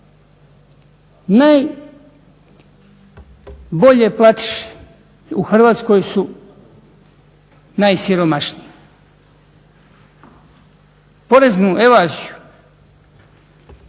Najbolje platiše u Hrvatskoj su najsiromašniji. Poreznu evaziju,